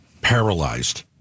paralyzed